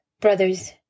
Brothers